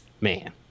Man